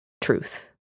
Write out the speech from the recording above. truth